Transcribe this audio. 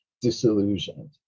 disillusioned